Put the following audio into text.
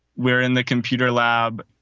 we're in the computer lab.